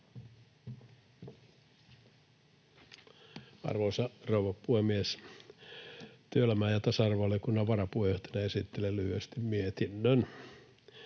Arvoisa rouva puhemies! Työelämä- ja tasa-arvovaliokunnan varapuheenjohtajana esittelen lyhyesti mietinnön.